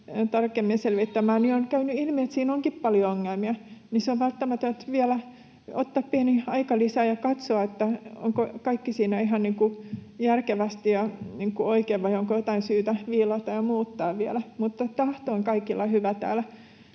on käynyt ilmi, että siinä onkin paljon ongelmia. On välttämätöntä vielä ottaa pieni aikalisä ja katsoa, onko kaikki siinä ihan järkevästi ja oikein vai onko jotain syytä viilata ja muuttaa vielä. Mutta tahto on kaikilla hyvä täällä.